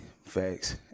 Facts